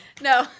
No